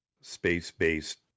space-based